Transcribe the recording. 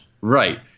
Right